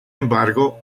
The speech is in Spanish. embargo